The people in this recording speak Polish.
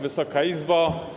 Wysoka Izbo!